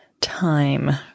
time